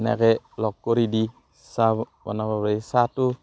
এনেকৈ লগ কৰি দি চাহ বনাব পাৰি চাহটো